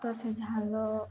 ତ ସେ ଝାଲ